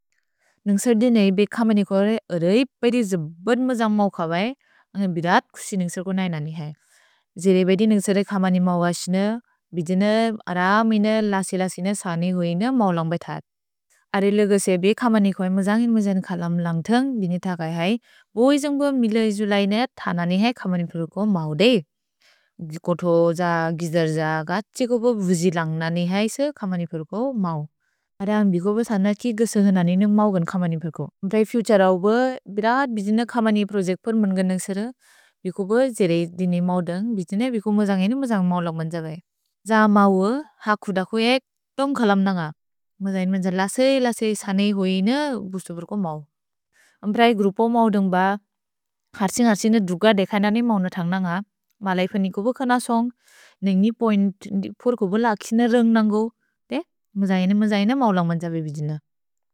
नन्सर् देन इ बे खमनि कोए ओरै पेदि जुबत् मजन्ग् मौ कबए, अन्गन् बिदत् कुसि नन्सर् को नैन ननि है। जेरे बेदि नन्सर खमनि मौ असिन, बिदिन अरमिन लसिलसिन सनि हुइन मौ लन्ग्बैथत्। अरेल गसे बे खमनि कोए मजन्गिन् मजन्ग् खलम् लन्ग्थन्ग् देन थगै है, बो इजन्ग्ब मिल इजु लैन थन ननि है खमनि पोरो कोए मौ दे। दिकोथो ज, गिजर् ज, गत्सि गोब बुजि लन्ग् ननि है स खमनि पोरो कोए मौ। अरेल अम्बिकोब सन कि गत्सो ननि है नुक् मौ गन् खमनि पोरो कोए। अम्ब्रै फुतुरे अव्ब बिदत् बिजिन खमनि प्रोजेक्त् पोरो मन्गन् नन्सर, अम्ब्रै जेरे देन मौ देन्ग् बिदिन बिको मजन्गिन मजन्ग् मौ लन्ग्मन्जबए। ज मौ ह कुद कोए तोम् खलम् नन है, मजन्गिन् मन्जर लसिलसिन सनि हुइन बुसु पोरो कोए मौ। अम्ब्रै ग्रुपो मौ देन्ग् ब खत्सिन खत्सिन दुक देख ननि मौ लन्ग्थन्ग् नन है, मलैफनि कोए कोन सोन्ग्, ननि पोइन्त् पोरो कोए ब लक्शिन रन्ग् नन्गु, ते मजन्गिन मजन्गिन मौ लन्ग्मन्जबए बिदिन।